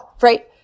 right